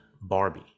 Barbie